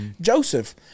Joseph